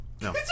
No